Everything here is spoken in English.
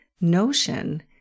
notion